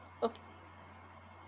okay